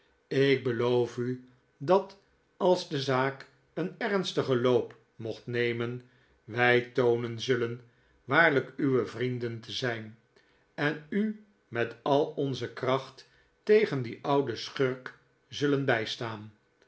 ik beloof u dat als de zaak een ernstigen loop mocht nemen wij toonen zullen waarlijk uwe vrienden te zy'n en u met al onze kracht tegen dien ouden schurk zullen bijstaan